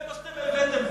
זה מה שאתם הבאתם.